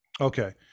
Okay